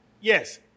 Yes